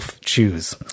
choose